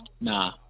Nah